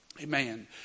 Amen